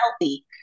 healthy